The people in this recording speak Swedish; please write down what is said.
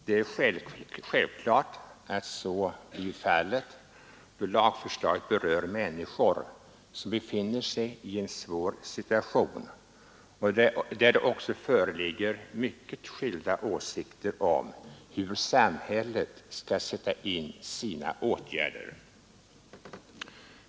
Det är självklart att det blivit så, då lagförslaget berör människor som befinner sig i en svår situation och det också föreligger mycket skilda åsikter om hur samhället skall sätta in sina åtgärder.